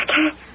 Okay